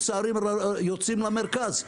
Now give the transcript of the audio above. כי צעירים יוצאים למרכז.